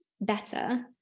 better